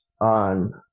on